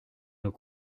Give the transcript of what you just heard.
nos